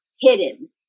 hidden